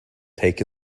take